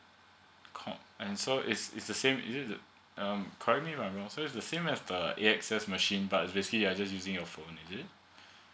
uh com and so is is the same is it um correct me if i am wrong is the same as the a s x machine but basically just using your phone is it